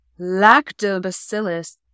Lactobacillus